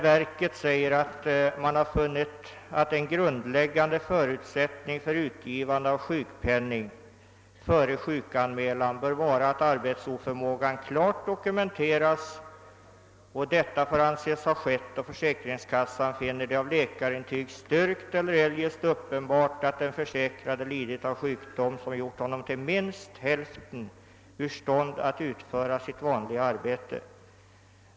Verket anför där: >Verket har funnit att en grundläggande förutsättning för utgivande av sjukpenning före sjukanmälan bör vara att arbetsoförmågan klart dokumenteras. Detta får anses ha skett då försäkringskassan finner det av läkarintyg styrkt eller cljest uppenbart att den försäkrade lidit av sjukdom som gjort honom till minst hälften ur stånd att utföra sitt vanliga arbete.